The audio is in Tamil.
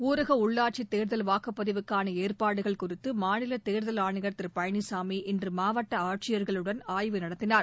ஊரக உள்ளாட்சி தேர்தல் வாக்குப்பதிவுக்கான ஏற்பாடுகள் குறித்து மாநில தேர்தல் ஆணையர் திரு பழனிசாமி இன்று மாவட்ட ஆட்சியர்களுடன் ஆய்வு நடத்தினார்